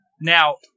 Now